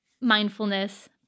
mindfulness